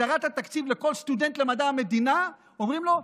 הגדרת התקציב, כל סטודנט למדע המדינה, אומרים לו.